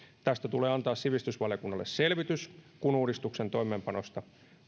ja antaa siitä sivistysvaliokunnalle selvityksen kun uudistuksen toimeenpanosta